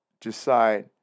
decide